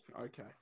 Okay